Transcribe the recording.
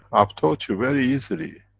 i've taught you, very easily.